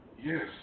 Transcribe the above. Yes